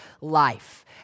life